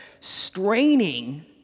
Straining